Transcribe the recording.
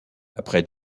après